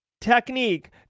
technique